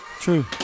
True